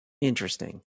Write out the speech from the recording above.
interesting